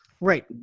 right